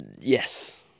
Yes